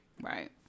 Right